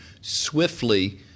swiftly